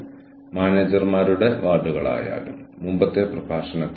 ഒരു നെറ്റ്വർക്ക് ലോകത്ത് strategic HRM ന്റെ നാല് മോഡലുകൾ ഉണ്ട്